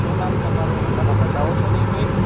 શું નામ તમારું મને બતાવો છે નિયમિત